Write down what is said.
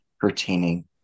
pertaining